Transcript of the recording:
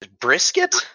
Brisket